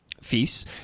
feasts